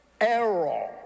error